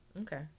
Okay